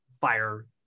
fire